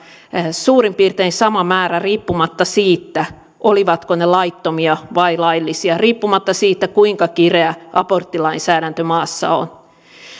suurin piirtein sama määrä riippumatta siitä ovatko ne laittomia vai laillisia riippumatta siitä kuinka kireä aborttilainsäädäntö maassa on